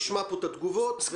תשמע פה את התגובות ואז תענה.